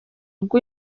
ubwo